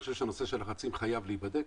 הנושא של הלחצים חייב להיבדק